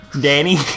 Danny